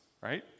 right